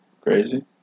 crazy